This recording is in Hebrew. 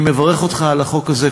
אני מברך אותך על החוק הזה.